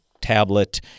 tablet